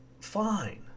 fine